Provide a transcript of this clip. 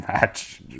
match